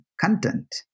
content